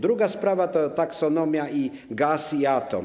Druga sprawa to taksonomia i gaz, i atom.